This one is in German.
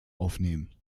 aufnehmen